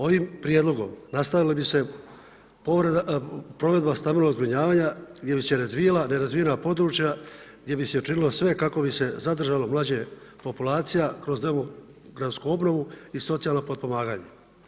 Ovim Prijedlogom nastavila bi se provedba stambenog zbrinjavanja gdje bi se razvijala nerazvijena područja, gdje bi se učinilo sve kako bi se zadržalo mlađu populaciju kroz demografsku obnovu i socijalna potpomaganja.